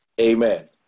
Amen